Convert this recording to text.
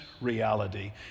reality